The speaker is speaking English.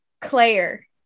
Claire